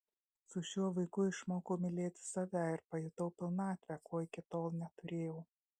su šiuo vaiku išmokau mylėti save ir pajutau pilnatvę ko iki tol neturėjau